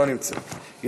לא נמצאת,